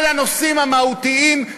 על הנושאים המהותיים,